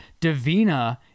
Davina